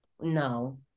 no